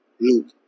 Luke